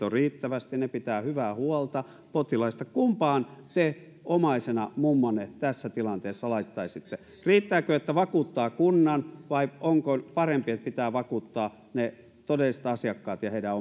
on riittävästi he pitävät hyvää huolta potilaista kumpaan te omaisena mummonne tässä tilanteessa laittaisitte riittääkö että vakuuttaa kunnan vai onko parempi että pitää vakuuttaa ne todelliset asiakkaat ja heidän